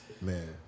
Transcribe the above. man